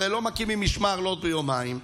הרי לא מקימים משמר ביומיים,